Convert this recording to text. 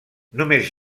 només